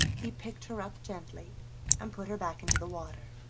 he picked her up gently and put her back into the water.